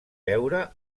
veure